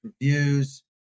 reviews